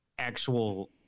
actual